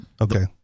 Okay